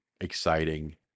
exciting